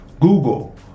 Google